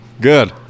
Good